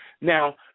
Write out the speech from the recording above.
Now